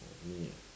for me ah